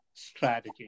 Strategy